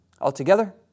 Altogether